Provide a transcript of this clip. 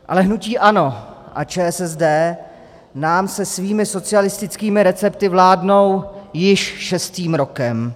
Ale hnutí ANO a ČSSD nám se svými socialistickými recepty vládnou již šestým rokem.